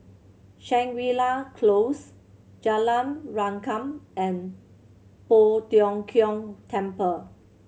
Shangri La Close Jalan Rengkam and Poh Tiong Kiong Temple